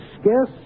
scarce